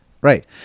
Right